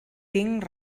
tinc